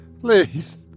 Please